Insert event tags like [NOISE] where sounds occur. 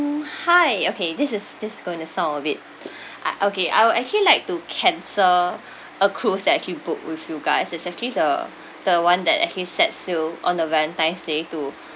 um hi okay this is this is going to sound a bit [BREATH] I okay I will actually like to cancel [BREATH] a cruise that I actually book with you guys it's actually the the one that actually set sail on the valentine's day to [BREATH]